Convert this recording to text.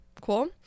Cool